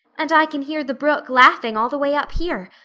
and i can hear the brook laughing all the way up here.